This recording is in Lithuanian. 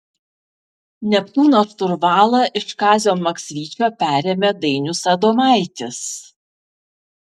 neptūno šturvalą iš kazio maksvyčio perėmė dainius adomaitis